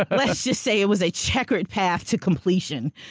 let's just say it was a checkered path to completion.